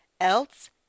else